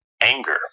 anger